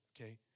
okay